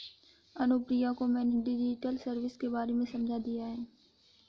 अनुप्रिया को मैंने digital service के बारे में समझा दिया है